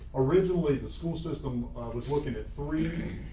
originally, the school system was looking at three,